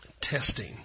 testing